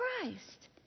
Christ